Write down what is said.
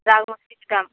रोहू मछली से कम